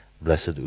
Blessed